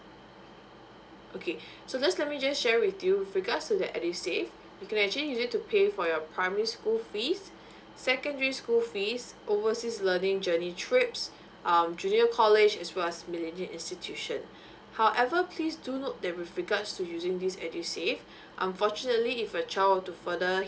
okay so just let's me just share with you with regards to the edusave you can use it to pay for your primary school fees secondary school fees overseas learning journey trips um junior college as well as institution however please do note that with regards to using this edusave unfortunately if a child to further